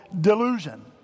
delusion